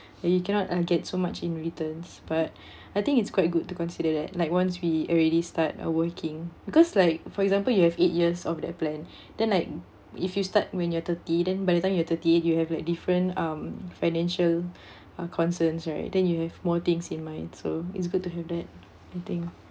and you cannot uh get so much in returns but I think it's quite good to consider that like once we already start uh working because like for example you have eight years of that plan then like if you start when you're thirty then by the time you are thirty you have like different um financial uh concerns right then you have more things in mind so it's good to have that I think